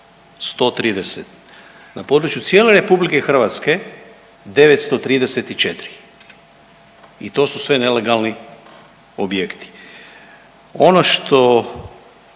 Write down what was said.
130, na području cijele Republike Hrvatske 934 i to su sve nelegalni objekti. Ono što